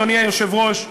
אדוני היושב-ראש,